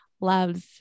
loves